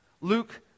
Luke